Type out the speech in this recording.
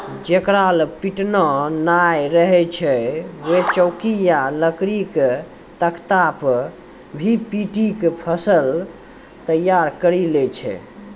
जेकरा लॅ पिटना नाय रहै छै वैं चौकी या लकड़ी के तख्ता पर भी पीटी क फसल तैयार करी लै छै